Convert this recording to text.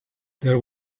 there